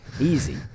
easy